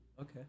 Okay